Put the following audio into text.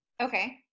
Okay